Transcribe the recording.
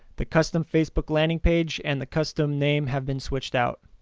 the custom facebook landing page and the custom name have been switched out.